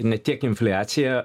ne tiek infliacija